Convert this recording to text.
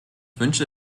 wünsche